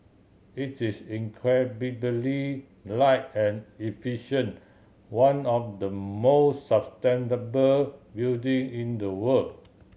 it's is incredibly light and efficient one of the more sustainable building in the world